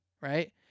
right